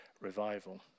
revival